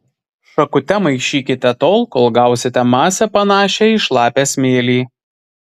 šakute maišykite tol kol gausite masę panašią į šlapią smėlį